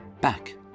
back